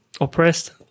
oppressed